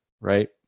right